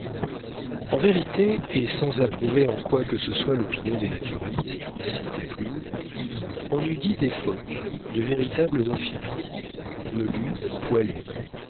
en vérité et sans approuver en quoi que ce soit l'opinion des naturalistes citée plus haut on eût dit des phoques de véritables amphibies velus poilus